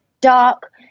dark